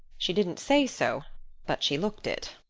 she didn't say so but she looked it.